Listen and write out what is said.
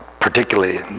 particularly